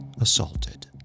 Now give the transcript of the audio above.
assaulted